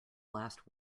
last